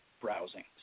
browsing